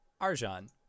Arjan